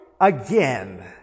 again